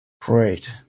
Great